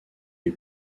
les